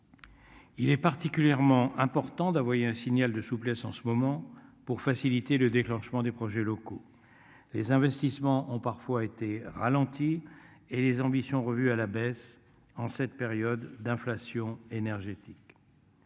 Il est particulièrement important d'envoyer un signal de souplesse en ce moment pour faciliter le déclenchement des projets locaux. Les investissements ont parfois été ralentie et les ambitions revues à la baisse en cette période d'inflation énergétique.